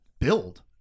build